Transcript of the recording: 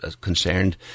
concerned